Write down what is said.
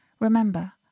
Remember